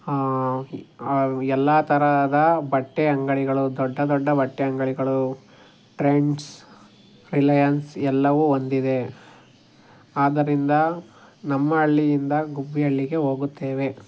ಎಲ್ಲ ತರಹದ ಬಟ್ಟೆ ಅಂಗಡಿಗಳು ದೊಡ್ಡ ದೊಡ್ಡ ಬಟ್ಟೆ ಅಂಗಡಿಗಳು ಟ್ರೆಂಡ್ಸ್ ರಿಲಯನ್ಸ್ ಎಲ್ಲವೂ ಹೊಂದಿದೆ ಆದ್ದರಿಂದ ನಮ್ಮ ಹಳ್ಳಿಯಿಂದ ಗುಬ್ಬಿ ಹಳ್ಳಿಗೆ ಹೋಗುತ್ತೇವೆ